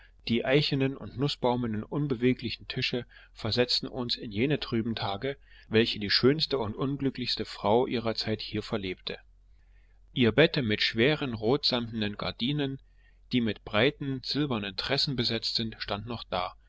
die eichenen und nußbaumenen unbeweglichen tische versetzten uns in jene trüben tage welche die schönste und unglücklichste frau ihrer zeit hier verlebte ihr bette mit schweren rotsamtenen gardinen die mit breiten silbernen tressen besetzt sind stand noch da